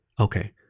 Okay